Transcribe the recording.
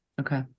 Okay